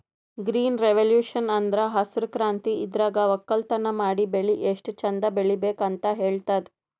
green revolution ಅಂದ್ರ ಹಸ್ರ್ ಕ್ರಾಂತಿ ಇದ್ರಾಗ್ ವಕ್ಕಲತನ್ ಮಾಡಿ ಬೆಳಿ ಎಷ್ಟ್ ಚಂದ್ ಬೆಳಿಬೇಕ್ ಅಂತ್ ಹೇಳ್ತದ್